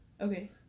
Okay